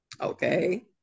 Okay